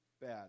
bad